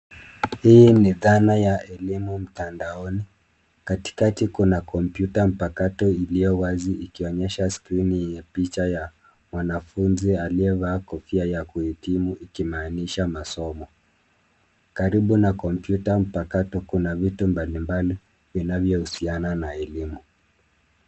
Hii ni dhana ya elimu mtandaoni. Katikati kuna kompyuta mpakato iliyowazi ikionyesha skrini yenye picha ya mwanafunzi aliyevaa kofia ya kuhitimu ikimaanisha masomo. Karibu na kompyuta mpakato kuna vitu mbalimbali vinavyohusiana na elimu.